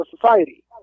society